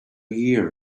year